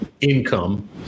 income